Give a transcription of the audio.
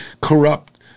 corrupt